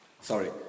sorry